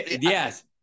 Yes